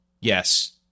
yes